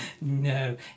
No